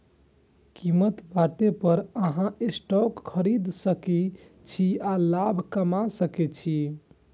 कीमत घटै पर अहां स्टॉक खरीद सकै छी आ लाभ कमा सकै छी